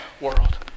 world